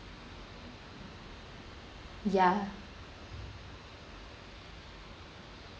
ya